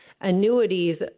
Annuities